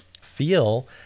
feel